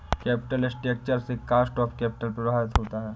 capital structure से cost of capital प्रभावित होता है